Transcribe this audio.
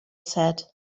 said